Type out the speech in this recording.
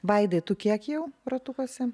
vaidai tu kiek jau ratukuose